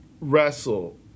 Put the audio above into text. wrestle